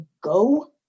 go